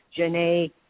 Janae